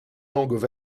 langues